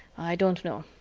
i don't know.